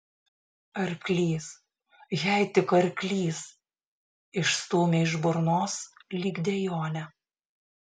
arklys jai tik arklys išstūmė iš burnos lyg dejonę